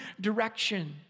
direction